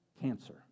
cancer